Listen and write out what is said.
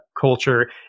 culture